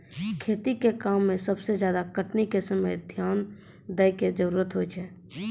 खेती के काम में सबसे ज्यादा कटनी के समय ध्यान दैय कॅ जरूरत होय छै